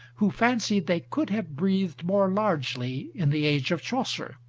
who fancied they could have breathed more largely in the age of chaucer,